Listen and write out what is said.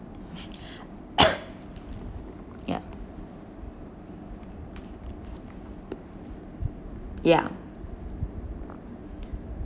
ya ya